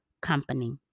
company